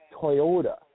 Toyota